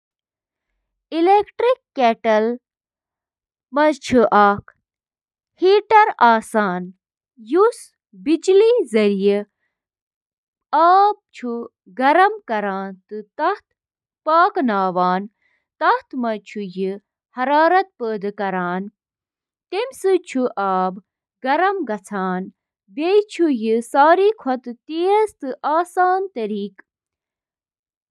Dish washer چھِ اکھ یِژھ مِشیٖن یۄسہٕ ڈِشوار، کُک ویئر تہٕ کٹلری پٲنۍ پانے صاف کرنہٕ خٲطرٕ استعمال چھِ یِوان کرنہٕ۔ ڈش واشرٕچ بنیٲدی کٲم چھِ برتن، برتن، شیشہِ ہٕنٛدۍ سامان تہٕ کُک ویئر صاف کرٕنۍ۔